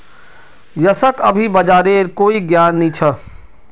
यशक अभी बाजारेर कोई ज्ञान नी छ